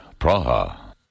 Praha